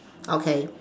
okay